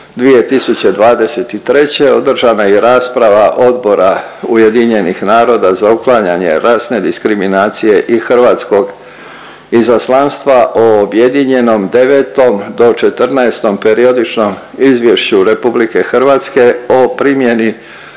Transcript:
2023. održana i rasprava Odbora UN-a za uklanjanje rasne diskriminacije i hrvatskog izaslanstva, o objedinjenom 9. do 14. periodičnom izvješću RH o primjeni